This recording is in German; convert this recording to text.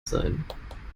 sein